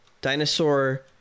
dinosaur